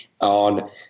on